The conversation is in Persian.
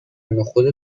نخود